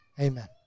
Amen